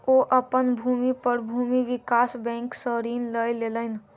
ओ अपन भूमि पर भूमि विकास बैंक सॅ ऋण लय लेलैन